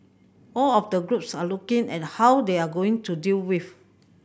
all of the groups are looking and how they are going to deal with